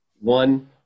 One